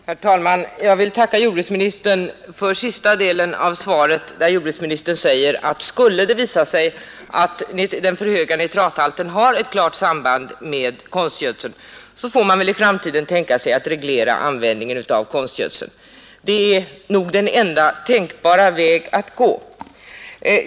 Herr talman! Jag vill tacka jordbruksministern för den senaste delen av svaret, där jordbruksministern säger att man, om det skulle visa sig att den för höga nitrathalten har ett klart samband med konstgödseln, i framtiden fär tänka sig att reglera användningen av den. Det är nog den enda tänkbara vägen att gä.